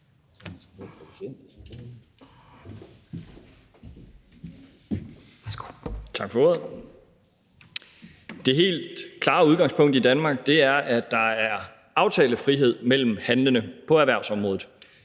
Det helt klare udgangspunkt i Danmark er, at der er aftalefrihed mellem handlende på erhvervsområdet.